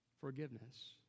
Forgiveness